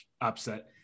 upset